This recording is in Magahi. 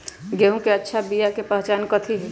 गेंहू के अच्छा बिया के पहचान कथि हई?